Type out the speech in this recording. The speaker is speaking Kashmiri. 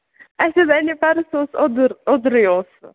اَسہِ حظ اَنے پَرُس سُہ اوس اوٚدُر اوٚدرُے اوس سُہ